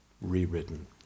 Rewritten